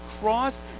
cross